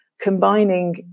combining